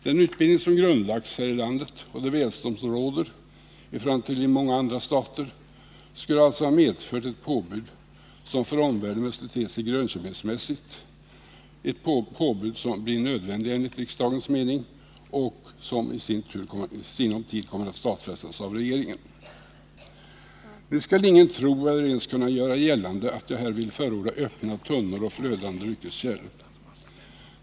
Den utbildning som grundlagts häri landet och det välstånd som råder i Sverige i förhållande till många andra stater skulle alltså ha medfört ett påbud som för omvärlden måste te sig grönköpingsmässigt, ett påbud som är nödvändigt enligt riksdagens mening och som i sinom tid kommer att stadfästas av regeringen. Nu skall ingen tro eller ens kunna göra gällande att jag här vill förorda öppna tunnor och flödande drycker.